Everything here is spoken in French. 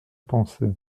pensée